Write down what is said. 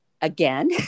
again